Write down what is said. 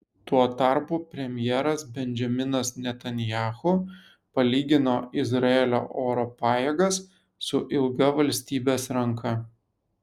tuo tarpu premjeras benjaminas netanyahu palygino izraelio oro pajėgas su ilga valstybės ranka